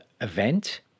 event